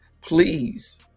please